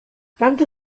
tanto